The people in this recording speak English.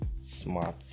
smart